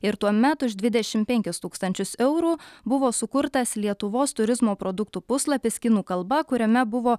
ir tuomet už dvidešim penkis tūkstančius eurų buvo sukurtas lietuvos turizmo produktų puslapis kinų kalba kuriame buvo